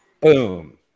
Boom